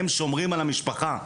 הם שומרים על המשפחה.